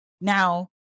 now